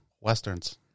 Westerns